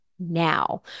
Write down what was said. now